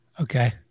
Okay